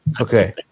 okay